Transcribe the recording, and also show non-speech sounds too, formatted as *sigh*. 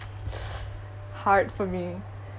*noise* hard for me